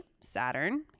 Saturn